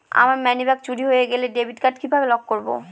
আমার মানিব্যাগ চুরি হয়ে গেলে ডেবিট কার্ড কিভাবে লক করব?